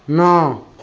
ନଅ